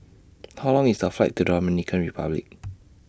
How Long IS The Flight to Dominican Republic